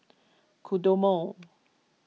Kodomo